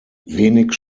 wenig